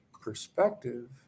perspective